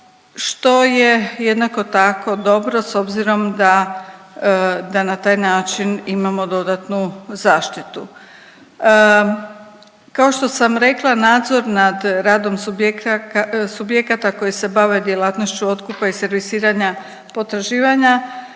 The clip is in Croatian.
što je jednako tako dobro s obzirom da, da na taj način imamo dodatnu zaštitu. Kao što sam rekla nadzor nad radom subjekata koji se bave djelatnošću otkupa i servisiranja potraživanja